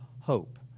hope